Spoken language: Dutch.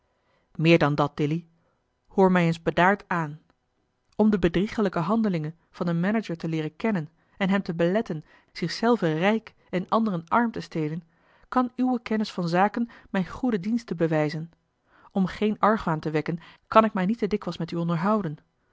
meer dan dat dilly hoor mij eens bedaard aan om de bedrieglijke handelingen van den manager te leeren kennen en hem te beletten zich zelven rijk en anderen arm te stelen kan uwe kennis van zaken mij goede diensten bewijzen om geen argwaan te wekken kan ik mij niet te dikwijls met u onderhouden